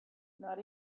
not